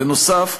בנוסף,